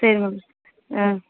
சரி மேம் ம்